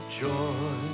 joy